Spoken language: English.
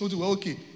Okay